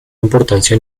importancia